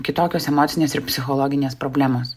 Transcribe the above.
kitokios emocinės ir psichologinės problemos